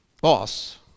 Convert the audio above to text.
boss